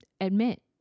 admit